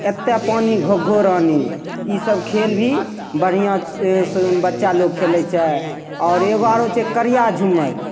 एत्ते पानी घो घो रानी ईसब खेल भी बढ़िआँसँ बच्चा लोग खेलय छै आओर एगो आरो छै करिया झूम्मैर